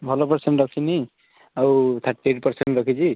ଭଲ ପର୍ସେଣ୍ଟ୍ ରଖିନି ଆଉ ଥାର୍ଟି ଏଇଟ୍ ପର୍ସେଣ୍ଟ୍ ରଖିଛି